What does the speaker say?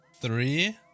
Three